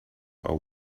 are